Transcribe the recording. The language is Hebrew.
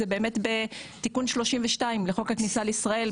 זה באמת בתיקון 32 לחוק הכניסה לישראל,